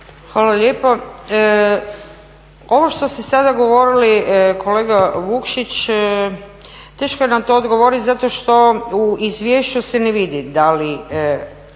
Hvala lijepo. Ovo što ste sada govorili kolege Vukšić, teško je na to odgovoriti zato što u izvješću se ne vidi da li